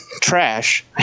trash